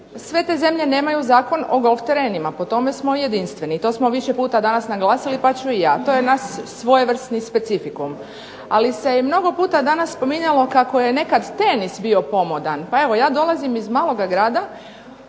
sve te zemlje nemaju Zakon o golf terenima, po tome smo jedinstveni. To smo više puta danas naglasili pa ću i ja. To je naš svojevrsni specifikum. Ali se je mnogo puta danas spominjalo kako je nekada tenis bio pomodan. Ja dolazim iz malog grada